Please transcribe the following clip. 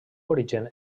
origen